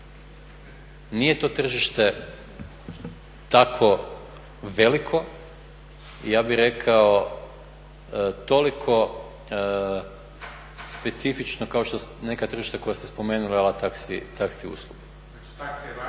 Nije to tržište tako veliko i ja bih rekao toliko specifično kao što su neka tržišta koja ste spomenuli … uslugu.